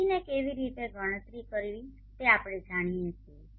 ઘટીને કેવી રીતે ગણતરી કરવી તે આપણે જાણીએ છીએ